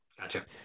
Gotcha